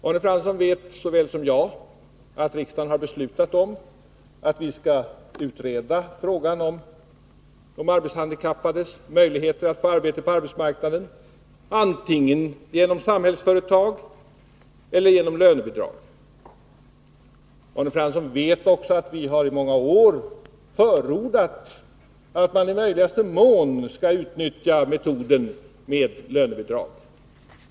Arne Fransson vet lika väl som jag att riksdagen har beslutat om att vi skall utreda frågan om de arbetshandikappades möjligheter till arbete på arbetsmarknaden antingen genom Samhällsföretag eller genom lönebidrag. Arne Fransson vet också att vi i många år har förordat att man i möjligaste mån skall utnyttja metoden med lönebidrag.